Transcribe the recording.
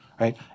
right